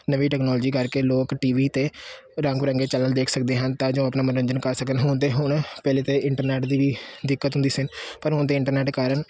ਨਵੀਂ ਟੈਕਨੋਲੋਜੀ ਕਰਕੇ ਲੋਕ ਟੀ ਵੀ 'ਤੇ ਰੰਗ ਬਿਰੰਗੇ ਚੈਨਲ ਦੇਖ ਸਕਦੇ ਹਨ ਤਾਂ ਜੋ ਆਪਣਾ ਮਨੋਰੰਜਨ ਕਰ ਸਕਣ ਹੁਣ ਤਾਂ ਹੁਣ ਪਹਿਲੇ ਤਾਂ ਇੰਟਰਨੈਟ ਦੀ ਵੀ ਦਿੱਕਤ ਹੁੰਦੀ ਸੀ ਪਰ ਹੁਣ ਤਾਂ ਇੰਟਰਨੈਟ ਕਾਰਨ